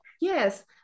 Yes